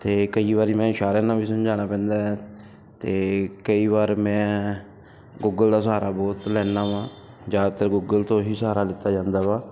ਅਤੇ ਕਈ ਵਾਰ ਮੈਂ ਇਸ਼ਾਰਿਆਂ ਨਾਲ ਵੀ ਸਮਝਾਉਣਾ ਪੈਂਦਾ ਹੈ ਅਤੇ ਕਈ ਵਾਰ ਮੈਂ ਗੂਗਲ ਦਾ ਸਹਾਰਾ ਬਹੁਤ ਲੈਂਦਾ ਹਾਂ ਜ਼ਿਆਦਾਤਰ ਗੂਗਲ ਤੋਂ ਹੀ ਸਹਾਰਾ ਲਿੱਤਾ ਜਾਂਦਾ ਵਾ